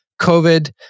COVID